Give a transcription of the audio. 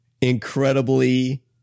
incredibly